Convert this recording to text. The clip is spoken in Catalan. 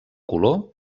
color